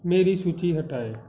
मेरी सूची हटाएँ